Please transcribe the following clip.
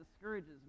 discourages